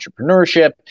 Entrepreneurship